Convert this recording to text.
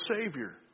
Savior